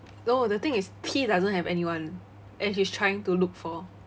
no the thing is T doesn't have anyone and she's trying to look for